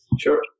Sure